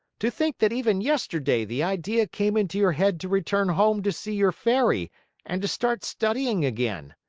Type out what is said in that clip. to think that even yesterday the idea came into your head to return home to see your fairy and to start studying again!